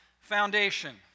foundation